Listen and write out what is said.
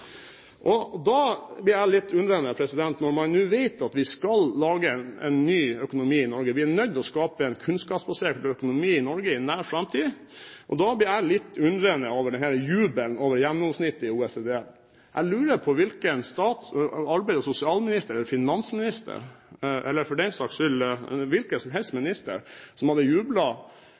vi da vi fant oljen, satset knallhardt på realfagkompetanse for å få mest mulig igjen for de hydrokarbonene vi fant i Nordsjøen. Når man nå vet at vi skal lage en ny økonomi i Norge, og at vi er nødt til å skape en kunnskapsbasert økonomi i Norge i nær framtid, stiller jeg meg litt undrende til denne jubelen over gjennomsnittet i OECD. Jeg lurer på hvilken arbeidsminister, sosialminister, finansminister, eller for den saks skyld hvilken som helst minister, som